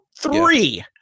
Three